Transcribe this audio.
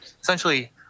essentially